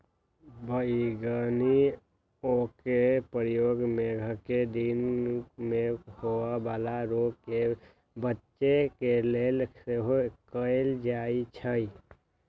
बइगनि ओलके प्रयोग मेघकें दिन में होय वला रोग से बच्चे के लेल सेहो कएल जाइ छइ